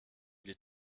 sie